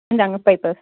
இந்தாங்க பேப்பர்ஸ்